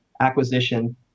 acquisition